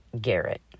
Garrett